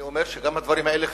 אני אומר שגם הדברים האלה חשובים.